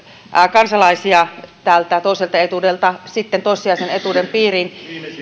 kansalaisia toiselta etuudelta toissijaisen etuuden